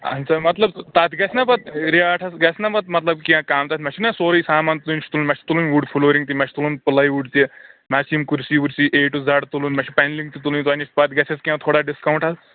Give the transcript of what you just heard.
اہن سا مطلب تَتھ گژھِ نا پتہٕ ریٹھس گژھِ نا پتہٕ مطلب کیٚنٛہہ کم تَتھ مےٚ چھُ نا سورُے سامان توہہِ نِش تُلُن مےٚ چھُ تُلُن وُڈ فلورِنگ تہِ مےٚ چھُ تُلُن پلے وُڈ تہِ مےٚ حظ چھ یم کُرسی وُرسی اے ٹو زَڈ تُلُن مےٚ چھ پینلِنگ تہِ تُلٕنۍ تۄہہِ نِش پتہٕ گژھٮ۪س کیٚنٛہہ تھوڑا ڈِسکاونٹ حظ